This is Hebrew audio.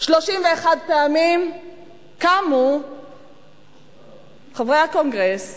31 פעמים קמו חברי הקונגרס